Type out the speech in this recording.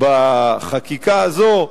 בחקיקה הזאת,